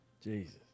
Jesus